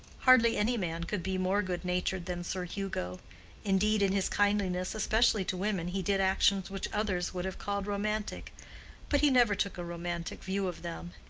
hardly any man could be more good-natured than sir hugo indeed in his kindliness especially to women, he did actions which others would have called romantic but he never took a romantic view of them,